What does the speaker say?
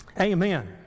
Amen